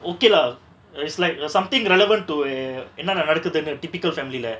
okay lah it's like something relevant to a என்னன்ன நடக்குது:ennanna nadakuthu typical family lah